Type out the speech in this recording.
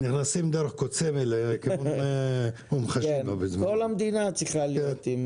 --- נכנסים דרך קוד סמל לכיוון אום --- כל המדינה צריכה להיות.